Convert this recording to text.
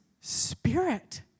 spirit